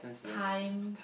time